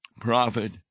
prophet